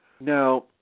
Now